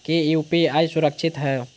की यू.पी.आई सुरक्षित है?